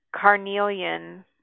Carnelian